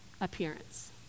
appearance